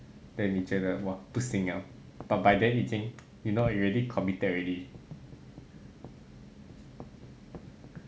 then 你觉得 !wah! 不行 liao but by then 已经 you know you already committed already